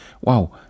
wow